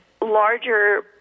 larger